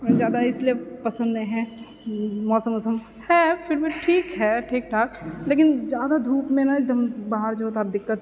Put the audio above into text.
जादा इसलिए पसन्द नहि हैय मौसम उसम हैय फिर भी ठीक हैय ठीक ठाक लेकिन जादा धूपमे नहि एकदम बाहर जाइमे दिक्कत